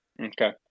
Okay